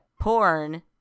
porn